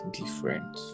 different